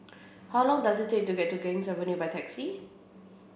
how long does it take to get to Ganges Avenue by taxi